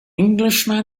englishman